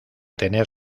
tener